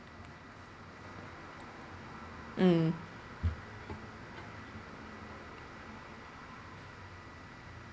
mm